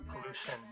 pollution